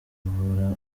mvura